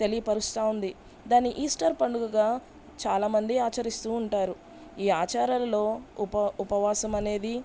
తెలియపరుస్తూ ఉంది దాని ఈస్టర్ పండుగగా చాలామంది ఆచరిస్తూ ఉంటారు ఈ ఆచారాలలో ఉప ఉపవాసం అనేది